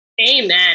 Amen